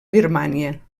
birmània